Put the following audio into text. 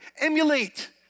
Emulate